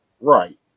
Right